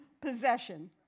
possession